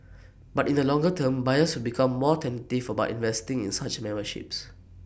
but in the longer term buyers will become more tentative about investing in such memberships